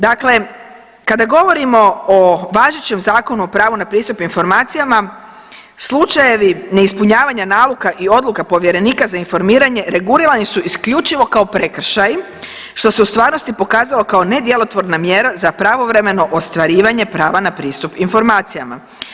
Dakle kada govorimo o važećem Zakonu o pravu na pristup informacijama slučajevi neispunjavanja naloga i odluka povjerenika za informiranje regulirani su isključivo kao prekršaji, što se u stvarnosti pokazalo kao nedjelotvorna mjera za pravovremeno ostvarivanje prava na pristup informacijama.